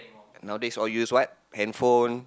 nowadays all use what handphone